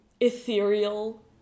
ethereal